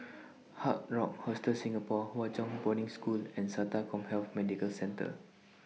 Hard Rock Hostel Singapore Hwa Chong Boarding School and Sata Commhealth Medical Centre